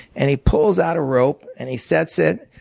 and he pulls out a rope and he sets it,